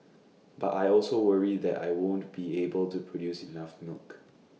but I also worry that I won't be able to produce enough milk